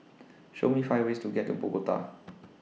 Show Me five ways to get to Bogota